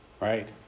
right